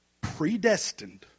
predestined